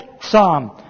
psalm